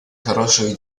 хорошую